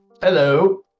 Hello